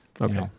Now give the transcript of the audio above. Okay